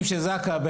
של זק״א,